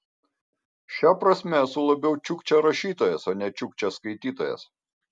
šia prasme esu labiau čiukčia rašytojas o ne čiukčia skaitytojas